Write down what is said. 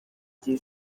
gihe